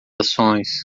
ações